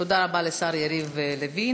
תודה רבה לשר יריב לוין.